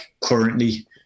currently